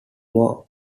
more